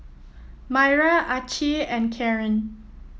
Myra Acy and Carin